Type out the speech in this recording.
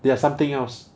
they are something else